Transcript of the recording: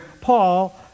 Paul